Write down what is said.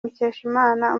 mukeshimana